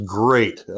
great